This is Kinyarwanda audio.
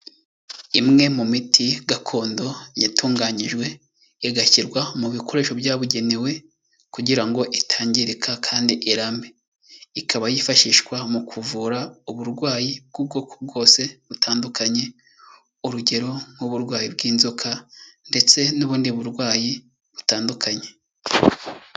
Imwe mu miti gakondo yatunganyijwe, igashyirwa mu bikoresho byabugenewe kugira ngo itangirika kandi irambe, ikaba yifashishwa mu kuvura uburwayi bw'ubwoko bwose butandukanye, urugero nk'uburwayi bw'inzoka ndetse n'ubundi burwayi butandukanye.